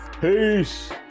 Peace